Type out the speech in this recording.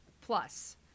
plus